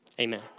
Amen